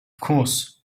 course